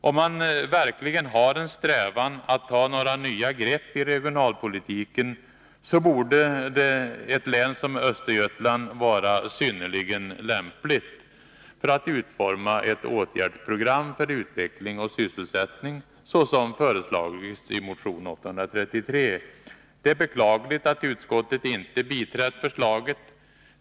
Om man verkligen har en strävan att ta några nya grepp i regionalpolitiken, så borde ett län som Östergötland vara synnerligen lämpligt för att utforma ett åtgärdsprogram för utveckling och sysselsättning, så som föreslagits i motion 833. Det är beklagligt att utskottet inte biträtt förslaget.